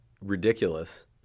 ridiculous